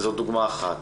זאת דוגמה אחת.